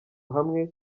hamwe